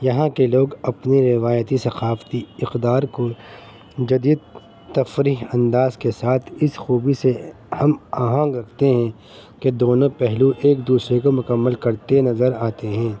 یہاں کے لوگ اپنی روایتی ثقافتی اقدار کو جدید تفریح انداز کے ساتھ اس خوبی سے ہم آہنگ رکھتے ہیں کہ دونوں پہلو ایک دوسرے کو مکمل کرتے نظر آتے ہیں